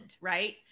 right